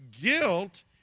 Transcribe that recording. Guilt